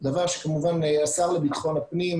דבר שכמובן השר לבטחון הפנים,